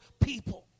people